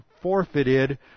forfeited